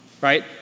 right